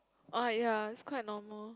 orh ya it's quite normal